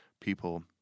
People